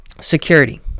Security